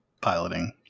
piloting